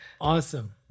Awesome